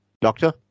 Doctor